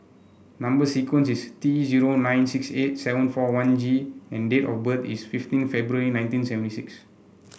number sequence is T zero nine six eight seven four one G and date of birth is fifteen February nineteen seventy six